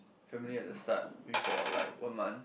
family at the start maybe for like one month